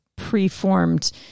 preformed